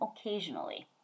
occasionally